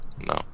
No